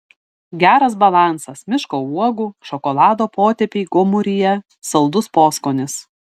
geras balansas miško uogų šokolado potėpiai gomuryje saldus poskonis